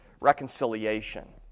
reconciliation